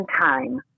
time